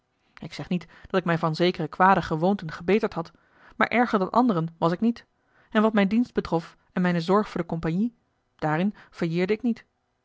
ik zeg niet dat ik mij van zekere kwade gewoonten gebeterd had maar erger dan anderen was ik niet en wat mijn dienst betrof en mijne zorg voor de compagnie daarin fail leerde ik niet